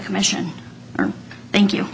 commission or thank you